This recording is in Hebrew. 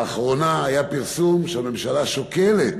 לאחרונה היה פרסום שהממשלה שוקלת